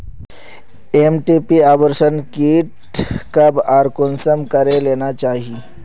MTP abortion kit कब आर कुंसम करे लेना चही?